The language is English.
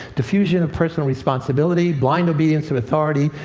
diffusion of personal responsibility. blind obedience to authority.